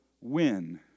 win